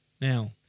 Now